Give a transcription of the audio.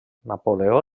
napoleó